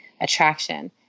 attraction